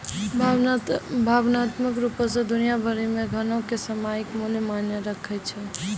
भावनात्मक रुपो से दुनिया भरि मे धनो के सामयिक मूल्य मायने राखै छै